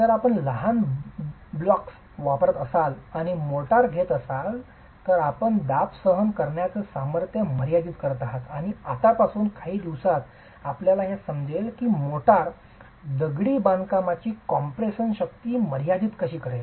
जर आपण लहान ब्लॉक्स वापरत असाल आणि मोर्टार घेत असाल तर आपण दाब सहन करण्याच सामर्थ्य मर्यादित करत आहात आणि आतापासून काही दिवसांत आपल्याला हे समजेल की मोर्टार दगडी बांधकामाची कॉम्प्रेशन शक्ती मर्यादित कसे करेल